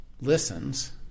Listens